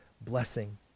Blessing